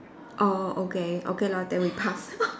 orh okay okay lah then we pass